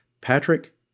Patrick